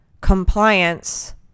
compliance